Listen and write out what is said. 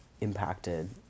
impacted